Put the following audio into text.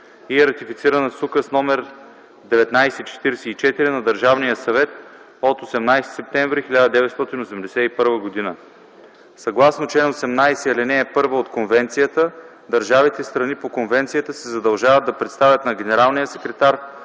и е ратифицирана с Указ № 1944 на Държавния съвет от 18 септември 1981 г. Съгласно чл. 18, ал. 1 от Конвенцията, държавите – страни по конвенцията, се задължават да представят на генералния секретар